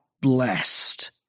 blessed